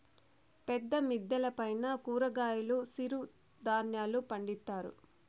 పెద్ద మిద్దెల పైన కూరగాయలు సిరుధాన్యాలు పండిత్తారు